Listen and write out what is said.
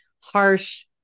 harsh